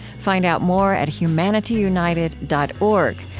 find out more at humanityunited dot org,